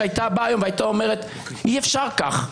שהייתה אומרת היום: אי-אפשר כך.